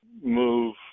move